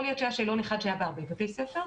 יכול להיות ששאלון אחד היה בהרבה בתי ספר,